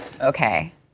Okay